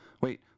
wait